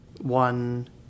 one